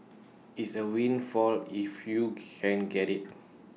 it's A windfall if you can get IT